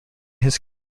his